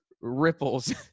ripples